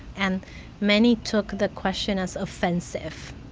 and many took the question as offensive,